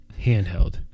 handheld